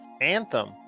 anthem